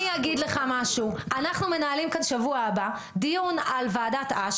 אגיד לך משהו: אנחנו מנהלים כאן בשבוע הבא דיון על ועדת אש,